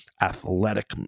athletic